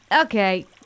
Okay